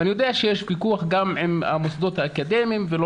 אני יודע שיש פיקוח גם עם המוסדות האקדמיים ולא